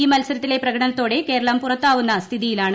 ഈ മത്സരത്തിലെ പ്രകടനത്തോടെ കേരളം പുറത്താവുന്ന സ്ഥിതിയാലാണ്